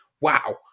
wow